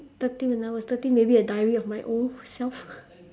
thirteen when I was thirteen maybe a diary of my old self